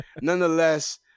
nonetheless